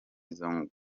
izo